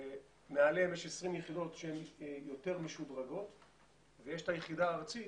מעליהם יש 20 יחידות שהן יותר משודרגות ויש את היחידה הארצית